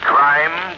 Crime